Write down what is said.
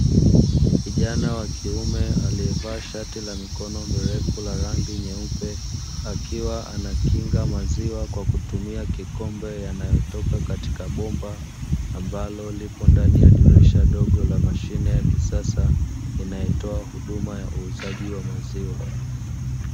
Kijana wa kiume aliyevaa shati la mikono mirefu lenye rangi nyeupe, akiwa anakinga maziwa kwa kutumia kikombe yanayotoka katika bomba, ambalo lipo ndani ya dirisha dogo la mashine ya kisasa inayotoa huduma ya uuzaji wa maziwa.